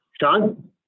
Sean